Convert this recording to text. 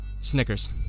Snickers